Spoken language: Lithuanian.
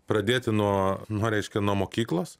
pradėti nuo nuo reiškia nuo mokyklos